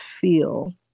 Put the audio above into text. feel